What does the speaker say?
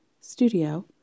studio